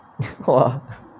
!wah!